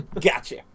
gotcha